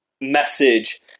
message